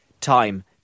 time